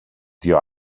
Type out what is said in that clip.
δυο